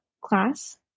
class